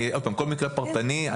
כל מקרה פרטני,